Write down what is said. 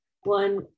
one